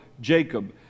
Jacob